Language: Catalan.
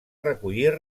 recollir